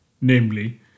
namely